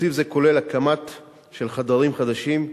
תקציב זה כולל הקמה של חדרים חדשים,